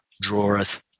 draweth